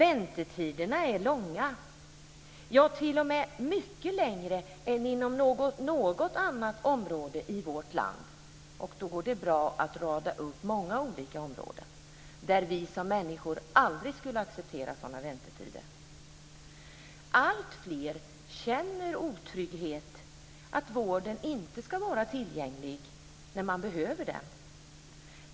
Väntetiderna är långa, ja, t.o.m. mycket längre än inom något annat område i vårt land, och då går det bra att rada upp många olika områden där vi som människor aldrig skulle acceptera sådana väntetider. Alltfler känner otrygghet inför att vården inte ska vara tillgänglig när man behöver den.